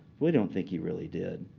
we don't think he really did.